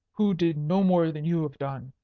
who did no more than you have done.